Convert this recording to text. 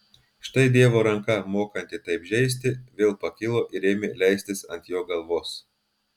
štai dievo ranka mokanti taip žeisti vėl pakilo ir ėmė leistis ant jo galvos